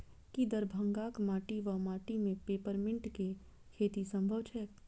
की दरभंगाक माटि वा माटि मे पेपर मिंट केँ खेती सम्भव छैक?